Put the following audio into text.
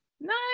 Nice